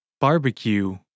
Barbecue